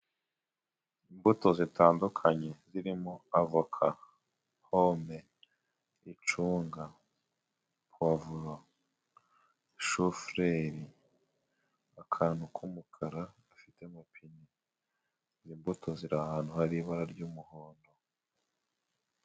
Imbuto zitandukanye zirimo avoka, pome, icunga, powavuro, shufureri, akantu k'umukara gafite amapine. Izi mbuto ziri ahantu hari ibara ry'umuhondo.